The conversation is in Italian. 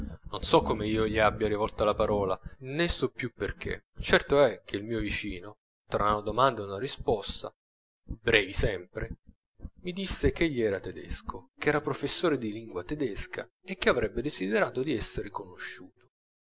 non so come io gli abbia rivolta la parola ne so più perchè certo è che il mio vicino tra una domanda e una risposta brevi sempre mi disse che egli era tedesco ch'era professore di lingua tedesca e che avrebbe desiderato di esser conosciuto